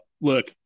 look